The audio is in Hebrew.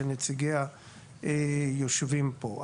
שנציגיה יושבים פה.